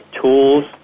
tools